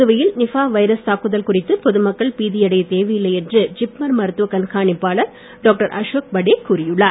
புதுவையில் Nipah virus தாக்குதல் குறித்து பொதுமக்கள் பீதியடையத் தேவையில்லை என்று ஜிப்மர் மருத்துவக் கண்காணிப்பாளர் டாக்டர் அசோக் படே கூறியுள்ளார்